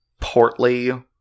portly